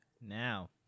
Now